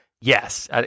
yes